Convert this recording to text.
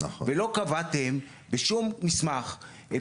ולא קבעתם בשום מסמך את